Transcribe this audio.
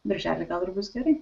birželį gal ir bus gerai